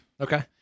Okay